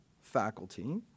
faculty